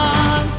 on